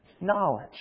Knowledge